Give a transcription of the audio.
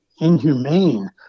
inhumane